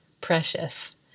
precious